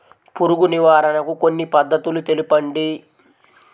పురుగు నివారణకు కొన్ని పద్ధతులు తెలుపండి?